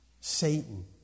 Satan